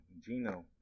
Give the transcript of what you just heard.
Gino